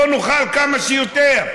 בואו נאכל כמה שיותר,